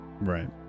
Right